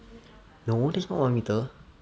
no that's not one metre